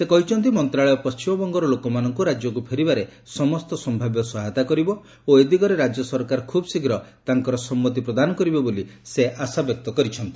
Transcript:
ସେ କହିଛନ୍ତି ମନ୍ତ୍ରଣାଳୟ ପଶ୍ଚିମବଙ୍ଗର ଲୋକମାନଙ୍କୁ ରାଜ୍ୟକୁ ଫେରିବାରେ ସମସ୍ତ ସମ୍ଭାବ୍ୟ ସହାୟତା କରିବ ଓ ଏ ଦିଗରେ ରାଜ୍ୟ ସରକାର ଖୁବ୍ଶୀଘ୍ର ତାଙ୍କର ସମ୍ମତି ପ୍ରଦାନ କରିବେ ବୋଲି ସେ ଆଶାବ୍ୟକ୍ତ କରିଛନ୍ତି